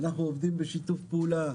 ואנחנו עובדים בשיתוף פעולה,